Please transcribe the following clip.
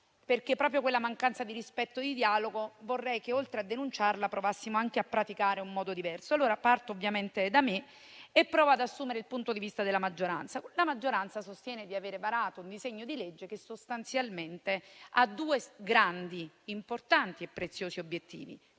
denunciare la mancanza di rispetto e di dialogo, vorrei che provassimo a praticare un modo diverso. Parto ovviamente da me e provo ad assumere il punto di vista della maggioranza. La maggioranza sostiene di aver varato un disegno di legge che, sostanzialmente, ha due grandi, importanti e preziosi obiettivi,